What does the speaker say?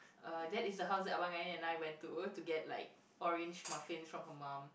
uh that is the house that abang ain and I went to to get like orange muffin from her mum